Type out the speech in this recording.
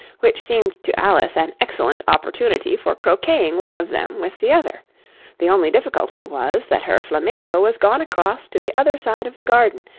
which seemed to alice an excellent opportunity for croqueting one of them with the other the only difficulty was, that her flamingo was gone across to the other side of the garden,